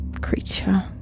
creature